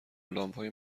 لامپهای